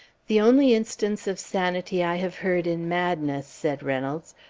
the only instance of sanity i have heard in mad ness, said reynolds,